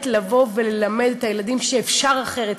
ללמד את הילדים שאפשר אחרת.